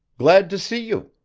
glad to see you!